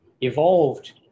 evolved